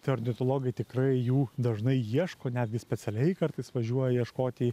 tai ornitologai tikrai jų dažnai ieško netgi specialiai kartais važiuoja ieškot į